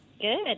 Good